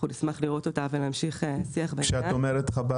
נשמח לראות אותה, ונמשיך שיח בעניין.